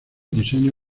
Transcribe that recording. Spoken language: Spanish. diseño